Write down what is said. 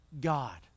God